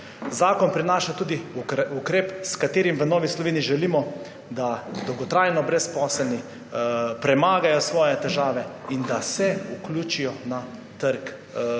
Zakon prinaša tudi ukrep, s katerim v Novi Sloveniji želimo, da dolgotrajno brezposelni premagajo svoje težave in se vključijo na trg